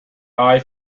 eyes